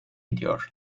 ediyor